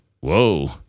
Whoa